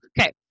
okay